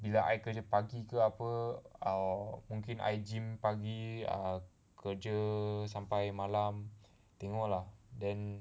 bila I kerja pagi ke apa or mungkin I gym pagi err kerja sampai malam tengok lah then